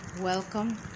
Welcome